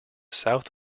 south